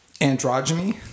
androgyny